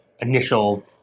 initial